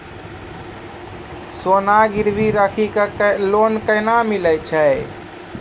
सोना गिरवी राखी कऽ लोन केना मिलै छै?